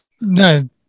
No